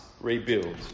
rebuild